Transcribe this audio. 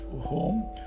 home